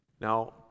Now